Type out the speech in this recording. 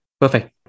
perfect